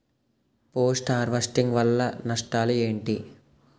Post harvesting వల్ల నష్టాలు ఏంటి?